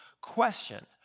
question